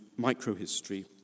microhistory